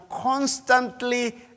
constantly